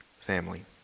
family